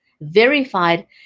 verified